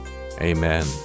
Amen